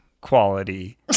quality